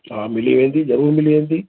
हा मिली वेंदी जरूर मिली वेंदीं